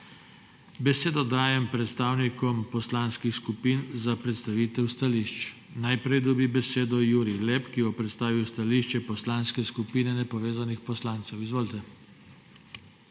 Besedo dajem predstavnikom poslanskih skupin za predstavitev stališč. Najprej dobi besedo Jurij Lep, ki bo predstavil stališče Poslanske skupine nepovezanih poslancev. Izvolite.